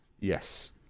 Yes